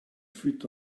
fut